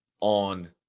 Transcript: on